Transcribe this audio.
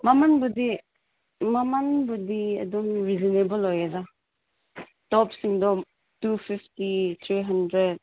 ꯃꯃꯟꯕꯨꯗꯤ ꯃꯃꯟꯕꯨꯗꯤ ꯑꯗꯨꯝ ꯔꯤꯖꯅꯦꯕꯜ ꯑꯣꯏꯌꯦꯗ ꯇꯣꯞꯁꯁꯤꯡꯗꯣ ꯇꯨ ꯐꯤꯞꯇꯤ ꯊ꯭ꯔꯤ ꯍꯟꯗ꯭ꯔꯦꯠ